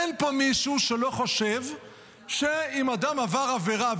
אין פה מישהו שלא חושב שאם אדם עבר עבירה,